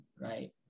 right